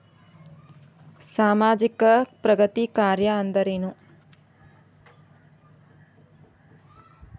ಸಾಮಾಜಿಕ ಪ್ರಗತಿ ಕಾರ್ಯಾ ಅಂದ್ರೇನು?